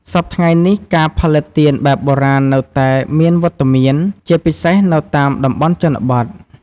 សព្វថ្ងៃនេះ ការផលិតទៀនបែបបុរាណនៅតែមានវត្តមាន ជាពិសេសនៅតាមតំបន់ជនបទ។